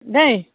দেই